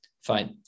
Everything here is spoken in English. Fine